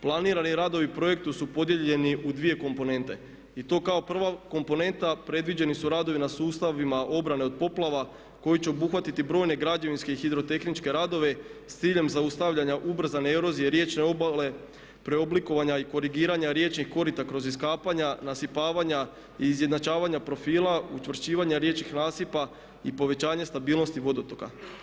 Planirani radovi u projektu su podijeljeni u dvije komponente i to kao prva komponenta predviđeni su radovi na sustavima obrane od poplava koji će obuhvatiti brojne građevinske i hidrotehničke radove s ciljem zaustavljanja ubrzane erozije riječne obale, preoblikovanja i korigiranja riječnih korita kroz iskapanja, nasipavanja i izjednačavanja profila, učvršćivanja riječnih nasipa i povećanje stabilnosti vodotoka.